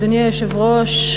אדוני היושב-ראש,